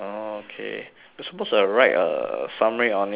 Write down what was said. we're supposed to write a summary on it by